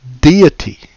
deity